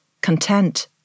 content